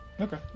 Okay